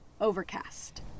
Overcast